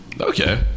Okay